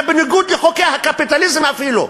זה בניגוד לחוקי הקפיטליזם אפילו.